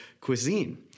cuisine